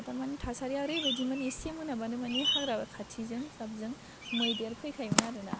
थारमानि थासारिया ओरैबायदिमोन एसे मोनाबानो मानि हाग्रा खाथिजों जाबजों मैदेर फैखायोमोन आरो ना